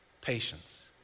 patience